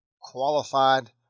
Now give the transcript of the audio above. qualified